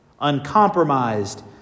Uncompromised